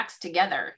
together